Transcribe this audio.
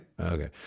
okay